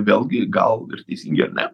vėlgi gal ir teisingi ar ne